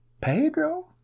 Pedro